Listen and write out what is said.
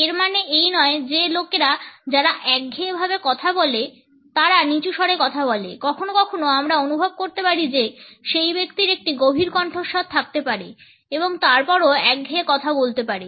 এর মানে এই নয় যে লোকেরা যারা একঘেয়ে ভাবে কথা বলে তারা নীচু স্বরে কথা বলে কখনও কখনও আমরা অনুভব করতে পারি যে সেই ব্যক্তির একটি গম্ভীর কণ্ঠস্বর থাকতে পারে এবং তারপরও একঘেয়ে কথা বলতে পারে